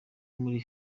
muri